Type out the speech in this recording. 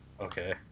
Okay